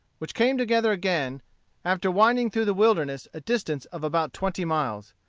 which came together again after winding through the wilderness a distance of about twenty miles.